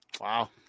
wow